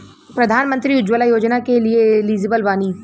प्रधानमंत्री उज्जवला योजना के लिए एलिजिबल बानी?